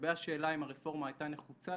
לגבי השאלה אם הרפורמה הייתה נחוצה,